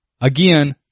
again